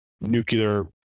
nuclear